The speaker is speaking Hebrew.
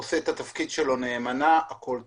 הוא עושה את התפקיד שלו נאמנה, הכול טוב.